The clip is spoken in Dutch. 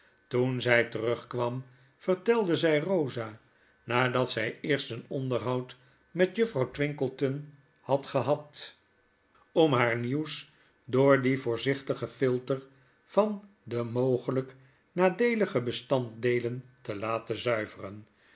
toen zy terugkwam vertelde zij eosa nadat zy eerst een onderhoud met juffrouw twinkleton had gehad om har nieuws door dien voorzichtigen filter van da mogelyknadeelige bestanddeelen te laten zuiveren